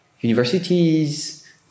universities